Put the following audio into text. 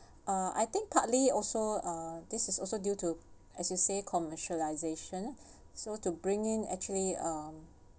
uh I think partly also uh this is also due to as you say commercialisation so to bringing actually um